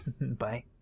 Bye